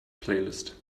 playlist